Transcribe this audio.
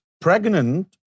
pregnant